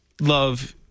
love